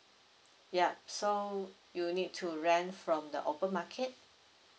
ya so you need to rent from the open market